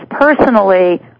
personally